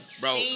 Bro